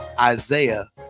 Isaiah